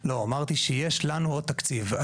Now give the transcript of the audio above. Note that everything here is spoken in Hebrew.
לא, אמרתי שיש לנו עוד תקציב.